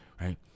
right